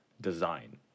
design